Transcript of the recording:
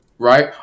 Right